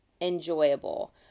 enjoyable